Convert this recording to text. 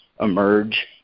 emerge